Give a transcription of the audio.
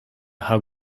how